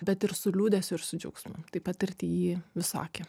bet ir su liūdesiu ir su džiaugsmu tai patirti jį visokį